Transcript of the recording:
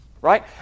right